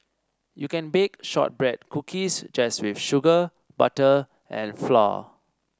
you can bake shortbread cookies just with sugar butter and flour